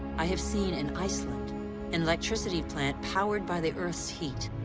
i have seen, in iceland, an electricity plant powered by the earth's heat.